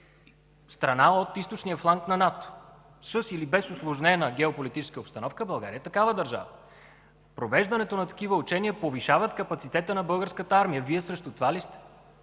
страна от източния фланг на НАТО – със или без усложнена геополитическа обстановка, България е такава държава. Такива учения повишават капацитета на Българската армия. Вие срещу това ли сте?